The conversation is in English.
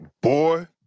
boy